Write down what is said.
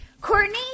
Courtney